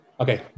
Okay